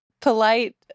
polite